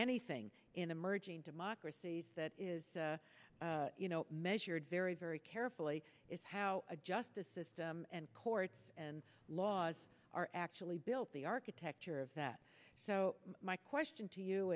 anything in emerging democracies that is you know measured very very carefully is how a justice system and courts and laws are actually built the architecture of that so my question to you